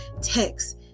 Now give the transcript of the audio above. texts